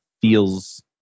feels